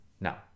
now